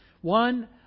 one